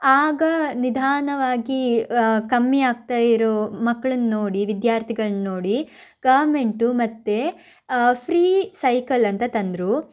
ಆಗ ನಿಧಾನವಾಗಿ ಕಮ್ಮಿ ಆಗ್ತಾ ಇರೋ ಮಕ್ಕಳನ್ನು ನೋಡಿ ವಿದ್ಯಾರ್ಥಿಗಳನ್ನ ನೋಡಿ ಗೌರ್ಮೆಂಟು ಮತ್ತೆ ಫ್ರೀ ಸೈಕಲ್ ಅಂತ ತಂದರು